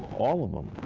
all of them.